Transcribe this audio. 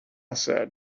said